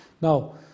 Now